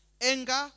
Anger